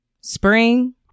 Spring